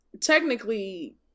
Technically